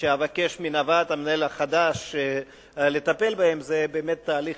שאבקש מהוועד המנהל החדש לטפל בהן היא באמת תהליך